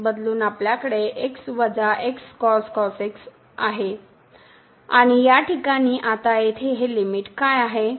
तर हे बदलून आपल्याकडे आहे आणि या ठिकाणी आता येथे हे लिमिट काय आहे